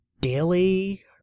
daily